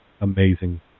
amazing